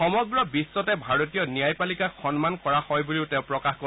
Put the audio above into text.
সমগ্ৰ বিধ্বতে ভাৰতীয় ন্যায় পালিকাক সন্মান কৰা হয় বুলিও তেওঁ প্ৰকাশ কৰে